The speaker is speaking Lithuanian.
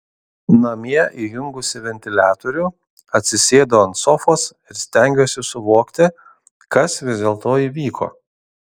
namie įjungusi ventiliatorių atsisėdu ant sofos ir stengiuosi suvokti kas vis dėlto įvyko